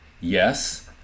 Yes